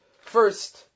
first